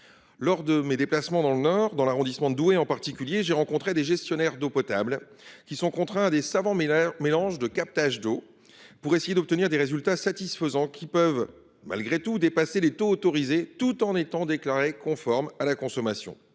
l’un de mes déplacements dans le Nord, dans l’arrondissement de Douai, j’ai rencontré des gestionnaires d’eau potable. Ils sont contraints de réaliser de savants mélanges de captage d’eau pour essayer d’obtenir des résultats satisfaisants, qui peuvent malgré tout dépasser les taux autorisés tout en étant déclarés conformes à la consommation.